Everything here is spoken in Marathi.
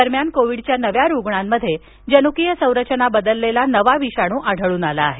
दरम्यान कोविडच्या नव्या रुग्णांमध्ये जनुकीय रचना बदललेला नवा विषाणू आढळून आला आहे